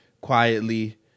quietly